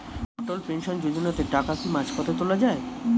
অটল pension যোজনাতে টাকা কি মাঝপথে তোলা যায়?